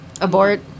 Abort